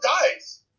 dies